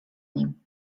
nim